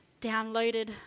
downloaded